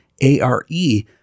A-R-E